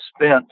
spent